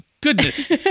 goodness